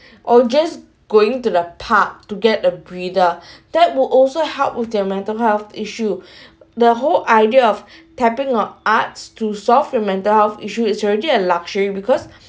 or just going to the park to get a breeder that would also help with their mental health issue the whole idea of tapping on arts to solve your mental health issue is georgy and luxury because